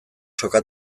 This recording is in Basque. soka